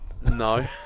No